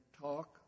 talk